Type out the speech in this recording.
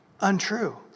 Untrue